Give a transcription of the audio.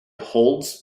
holds